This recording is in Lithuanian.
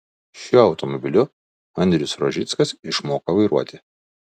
šiuo automobiliu andrius rožickas išmoko vairuoti